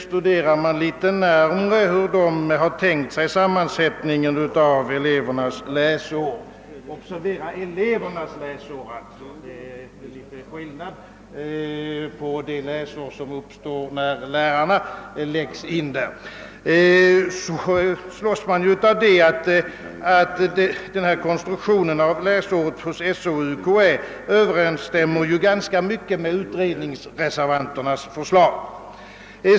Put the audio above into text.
Studerar man litet närmare, hur remissinstanserna tänkt sig sammansättningen av elevernas läsår — observera att det gäller elevernas läsår; det är skillnad mellan detta och det läsår som lärarna har — kan man konstatera, att skolöverstyrelsens och universitetskanslersämbetets konstruktion av läsåret i ganska hög grad överensstämmer med utredningsreservanternas förslag.